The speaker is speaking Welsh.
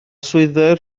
swydd